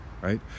right